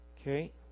Okay